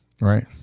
Right